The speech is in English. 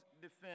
defense